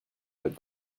but